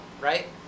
right